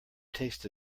taste